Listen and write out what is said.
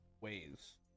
ways